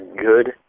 good